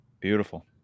Beautiful